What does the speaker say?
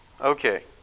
Okay